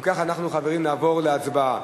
אם כך, אנחנו, חברים, נעבור להצבעה.